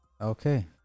Okay